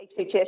HHS